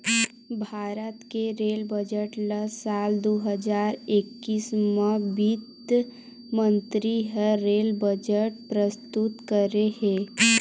भारत के rail budget ल साल दू हजार एक्कीस म बित्त मंतरी ह रेल बजट प्रस्तुत करे हे